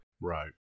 Right